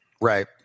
Right